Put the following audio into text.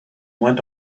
went